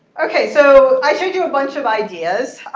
ok. so i showed you a bunch of ideas.